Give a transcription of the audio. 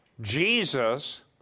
Jesus